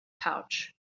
pouch